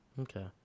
Okay